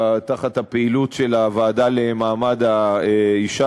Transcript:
במסגרת הפעילות של הוועדה לקידום מעמד האישה,